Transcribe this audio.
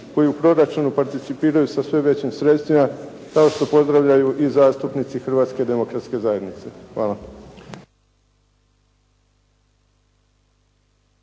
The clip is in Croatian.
koji u proračunu participiraju sa sve većim sredstvima kao što pozdravljaju i zastupnici Hrvatske demokratske zajednice. Hvala.